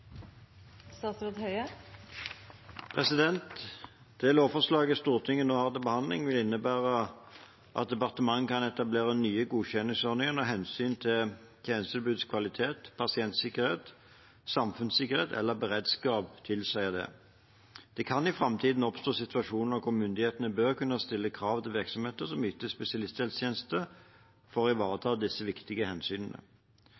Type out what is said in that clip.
Det lovforslaget Stortinget nå har til behandling, vil innebære at departementet kan etablere nye godkjenningsordninger når hensynet til tjenestetilbudets kvalitet, pasientsikkerhet, samfunnssikkerhet eller beredskap tilsier det. Det kan i framtiden oppstå situasjoner hvor myndighetene bør kunne stille krav til virksomheter som yter spesialisthelsetjeneste, for å